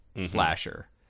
slasher